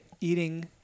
eating